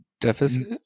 deficit